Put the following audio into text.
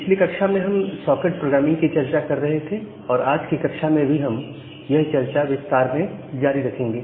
पिछली कक्षा में हम सॉकेट प्रोग्रामिंग की चर्चा कर रहे थे और आज की कक्षा में भी हम यह चर्चा विस्तार में जारी रखेंगे